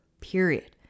period